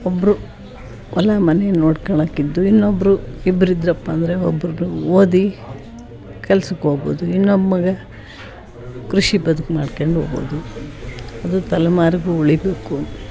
ಒಬ್ಬರು ಹೊಲ ಮನೆ ನೋಡ್ಕಳಕ್ ಇದ್ದು ಇನ್ನೊಬ್ಬರು ಇಬ್ರು ಇದ್ದರಪ್ಪ ಅಂದರೆ ಒಬ್ರದು ಓದಿ ಕೆಲ್ಸಕ್ಕೆ ಹೋಗ್ಬೋದು ಇನ್ನೊಬ್ಬ ಮಗ ಕೃಷಿ ಬದ್ಕು ಮಾಡ್ಕಂಡ್ ಹೋಗ್ಬೋದು ಅದು ತಲೆಮಾರಿಗೂ ಉಳೀಬೇಕು